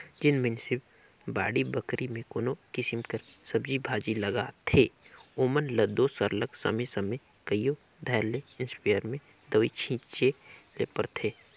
जेन मइनसे बाड़ी बखरी में कोनो किसिम कर सब्जी भाजी लगाथें ओमन ल दो सरलग समे समे कइयो धाएर ले इस्पेयर में दवई छींचे ले परथे